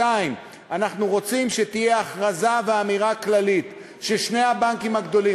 2. אנחנו רוצים שתהיה הכרזה ואמירה כללית ששני הבנקים הגדולים